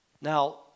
Now